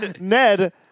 Ned